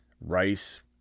Rice